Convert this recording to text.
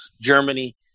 germany